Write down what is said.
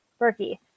Berkey